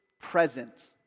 present